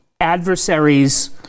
adversaries